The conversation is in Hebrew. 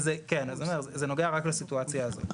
כן, אז אני אומר, זה נוגע רק לסיטואציה הזאת.